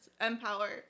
Empower